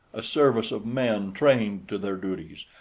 a service of men trained to their duties,